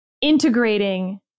integrating